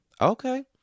okay